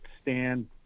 stand